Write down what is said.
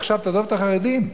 עכשיו תעזוב את החרדים.